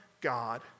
God